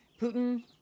Putin